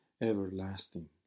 everlasting